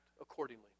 accordingly